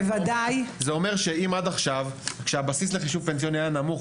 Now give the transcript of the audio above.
זה אומר שאם עד עכשיו כשהבסיס לחישוב פנסיוני היה נמוך